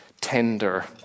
tender